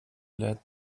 led